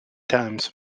times